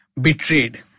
betrayed